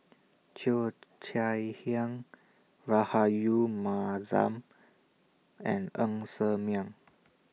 Cheo Chai Hiang Rahayu Mahzam and Ng Ser Miang